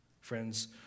Friends